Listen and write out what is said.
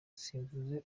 simvuze